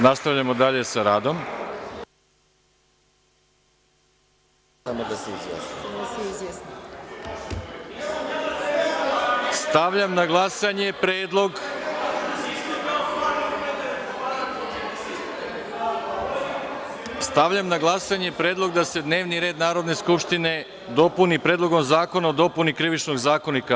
Nastavljamo dalje sa radom. (Radoslav Milojičić: Ja sam izbrojao 120.) Stavljam na glasanje predlog da se dnevni red Narodne skupštine dopuni predlogom zakona o dopuni Krivičnog zakonika.